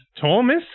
Thomas